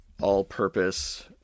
all-purpose